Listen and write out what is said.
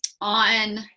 on